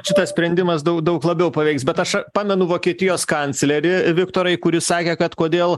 šitas sprendimas daug daug labiau paveiks bet aš pamenu vokietijos kanclerį viktorai kuris sakė kad kodėl